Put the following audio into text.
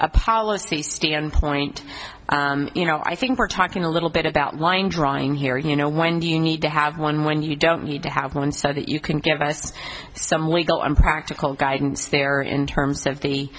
a policy standpoint you know i think we're talking a little bit about line drawing here you know when do you need to have one when you don't need to have one so that you can give us some legal and practical guidance there in terms of the